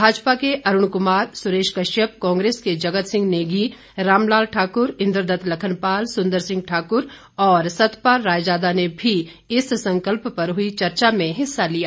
भाजपा के अरुण कुमार सुरेश कश्यप कांग्रेस के जगत सिंह नेगी रामलाल ठाकुर इन्द्र दत्त लखनपाल सुंदर सिंह ठाकुर और सतपाल रायजादा ने भी अपने संकल्प पर हुई चर्चा में हिस्सा लिया